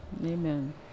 Amen